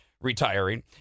Retiring